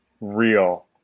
real